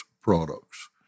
products